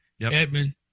Edmund